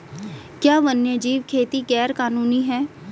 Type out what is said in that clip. क्या वन्यजीव खेती गैर कानूनी है?